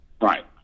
Right